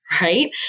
right